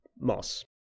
moss